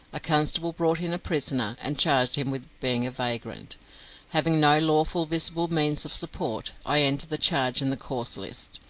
a constable brought in a prisoner, and charged him with being a vagrant having no lawful visible means of support. i entered the charge in the cause list,